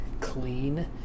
clean